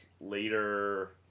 later